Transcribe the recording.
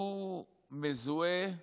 הוא מזוהה נגיד,